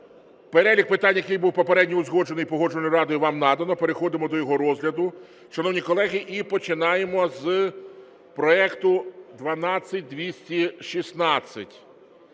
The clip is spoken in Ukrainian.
Перелік питань, який був попередньо узгоджений Погоджувальною радою, вам надано, переходимо до його розгляду. Шановні колеги, і починаємо з проекту 12216.